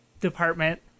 department